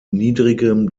niedrigem